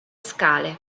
scale